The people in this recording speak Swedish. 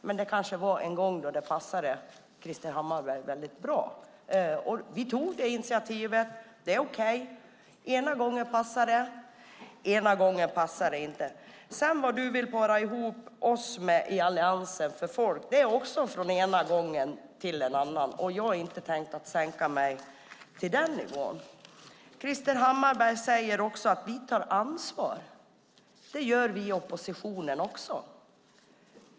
Men det kanske var en gång då det passade Krister Hammarbergh väldigt bra. Vi tog det initiativet, och det var okej. Den ena gången passar det, den andra gången passar det inte. Vad Krister Hammarbergh vill para ihop oss med för folk är också olika från gång till gång. Jag tänker inte sänka mig till den nivån. Krister Hammarbergh säger att Alliansen tar ansvar. Det gör vi i oppositionen också.